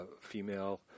female